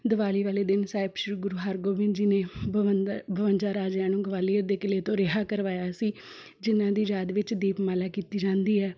ਦੀਵਾਲੀ ਵਾਲੇ ਦਿਨ ਸਾਹਿਬ ਸ਼੍ਰੀ ਗੁਰੂ ਹਰਗੋਬਿੰਦ ਜੀ ਨੇ ਬਵੰਜਾ ਬਵੰਜਾ ਰਾਜਿਆਂ ਨੂੰ ਗਵਾਲੀਅਰ ਦੇ ਕਿਲ੍ਹੇ ਤੋਂ ਰਿਹਾਅ ਕਰਵਾਇਆ ਸੀ ਜਿਨ੍ਹਾਂ ਦੀ ਯਾਦ ਵਿੱਚ ਦੀਪਮਾਲਾ ਕੀਤੀ ਜਾਂਦੀ ਹੈ